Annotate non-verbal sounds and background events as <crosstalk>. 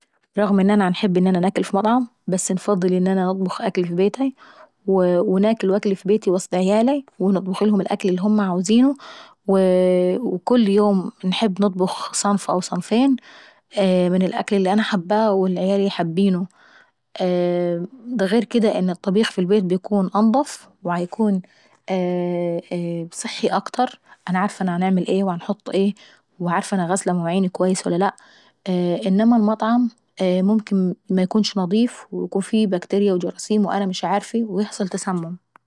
رغم انا انا باحب ان انا ناكل في مطعم لكن انا انفضل ان انا نطبخ اف بيتاي. وناكل أكلي في بيتي وسط عيالاي ونطبخلهم كل الوكل اللي هما عاوزينه، وكل يوم باحب نطبخ صنف او صنفين من الوكل اللي انا حباه او عيالي حابينه. <hesitation> دا غير كداان الطبيخ في البيت بيكون انضف و بيكون <hesitation> صحي أكتر، أنا عارفة انا باعمل ايه وعارفة انا غاسلة مواعيني اكويس ولا لاء، انما المطعم ممكن ميكونش نضيف، ويكون فيه يكتيريا وجراثيم وانا مش عارفي فتجيبلنا تسمم.